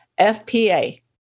FPA